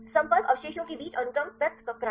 संपर्क अवशेषों के बीच अनुक्रम पृथक्करण